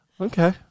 Okay